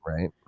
Right